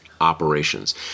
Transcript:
operations